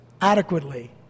adequately